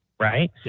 Right